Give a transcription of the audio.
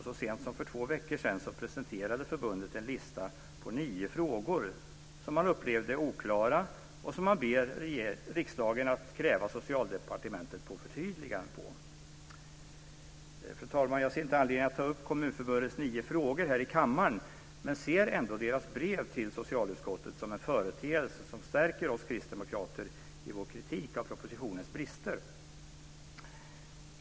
Så sent som för två veckor sedan presenterade förbundet en lista på nio frågor som man upplevde oklara och som man ber riksdagen att kräva Fru talman! Jag ser inte anledning att ta upp Kommunförbundets nio frågor här i kammaren, men ser ändå dess brev till socialutskottet som en företeelse som stärker oss kristdemokrater i vår kritik av propositionens brister.